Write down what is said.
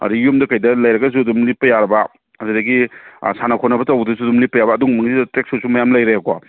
ꯑꯗꯒꯤ ꯌꯨꯝꯗ ꯀꯩꯗ ꯂꯩꯔꯒꯁꯨ ꯑꯗꯨꯝ ꯂꯤꯠꯄ ꯌꯥꯔꯕ ꯑꯗꯨꯗꯒꯤ ꯁꯥꯟꯅ ꯈꯣꯠꯅꯕ ꯇꯧꯕꯗꯖꯨ ꯑꯗꯨꯝ ꯂꯤꯠꯄ ꯌꯥꯕ ꯑꯗꯨꯒꯨꯝꯕꯒꯁꯨ ꯇ꯭ꯔꯦꯛ ꯁꯨꯠꯁꯨ ꯃꯌꯥꯝ ꯂꯩꯔꯦꯕꯀꯣ